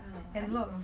err I think